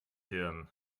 hirn